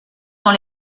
dans